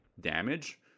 damage